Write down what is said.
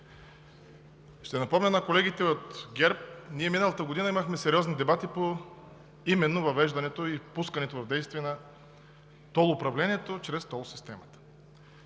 Ще напомня на колегите от ГЕРБ, че миналата година имахме сериозни дебати именно по въвеждането и пускането в действие на тол управлението чрез тол системата.